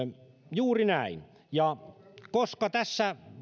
juuri näin ja koska